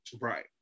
Right